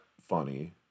funny